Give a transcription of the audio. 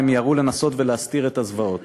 הם מיהרו לנסות להסתיר את הזוועות.